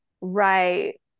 Right